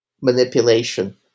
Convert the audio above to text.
manipulation